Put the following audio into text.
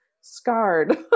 scarred